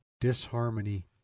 disharmony